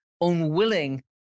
unwilling